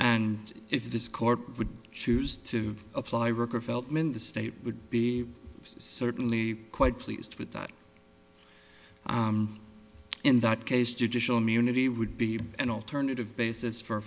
and if this court would choose to apply record feltman the state would be certainly quite pleased with that in that case judicial munity would be an alternative basis for